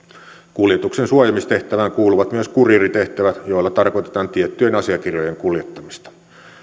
kuljetuksen suojelemistehtävään kuuluvat myös kuriiritehtävät joilla tarkoitetaan tiettyjen asiakirjojen kuljettamista